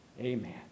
Amen